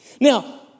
Now